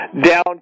down